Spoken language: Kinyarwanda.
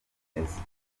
bimeze